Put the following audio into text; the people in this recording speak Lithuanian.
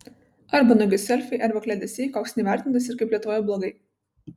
arba nuogi selfiai arba kliedesiai koks neįvertintas ir kaip lietuvoje blogai